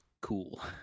cool